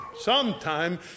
Sometime